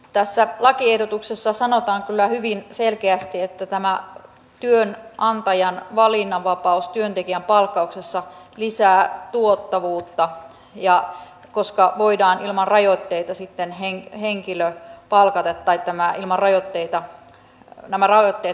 tässä lakiehdotuksessa sanotaan kyllä hyvin selkeästi että tämä työnantajan valinnanvapaus työntekijän palkkauksessa lisää tuottavuutta koska voidaan ilman rajoitteita henkilö palkata tai nämä rajoitteet vähenevät